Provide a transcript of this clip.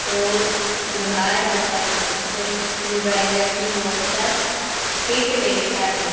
और उभार होता है जो स्क्रू ड्राइवर की नोक पर फ़िट बैठता है